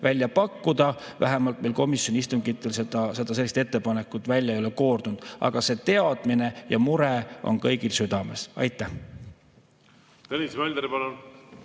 välja pakkuda. Vähemalt komisjoni istungitel sellist ettepanekut välja ei ole koorunud, aga see teadmine ja mure on kõigil südames. Tõnis